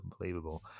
unbelievable